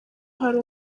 hari